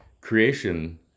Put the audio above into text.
Creation